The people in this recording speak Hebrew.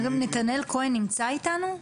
אגב, נתנאל כהן נמצא איתנו?